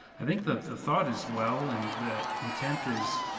i think the the thought is well, and the intent is,